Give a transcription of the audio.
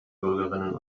bürgerinnen